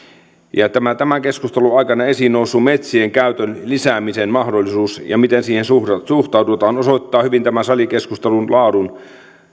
ja tämän keskustelun aikana esiin noussut metsien käytön lisäämisen mahdollisuus ja se miten siihen suhtaudutaan osoittaa hyvin tämän salikeskustelun laadun